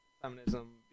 feminism